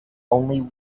only